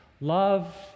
Love